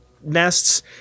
nests